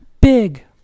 big